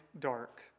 dark